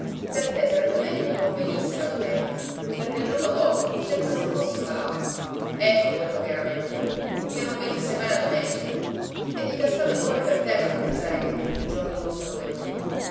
per te sarebbe meglio che non venisse la domenica perché il giorno dopo sei come se fossi malato ecco quello che era meglio per lui che non venisse mai la domenica e gli cascava il cuore per terra a pensare che tutti i giorni fossero dei lunedì